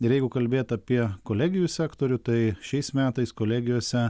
ir jeigu kalbėt apie kolegijų sektorių tai šiais metais kolegijose